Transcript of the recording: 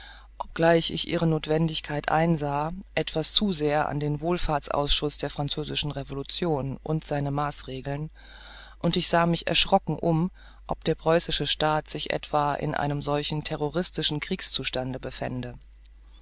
obgleich ich ihre nothwendigkeit einsah etwas zu sehr an den wohlfahrts ausschuß der französischen revolution und seine maßregen und ich sah mich erschrocken um ob der preußische staat sich etwa in einem solchen terroristischen kriegszustande befände